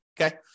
okay